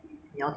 还有